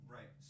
Right